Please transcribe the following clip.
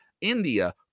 India